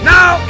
Now